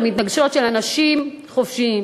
המתנגשות של אנשים חופשיים.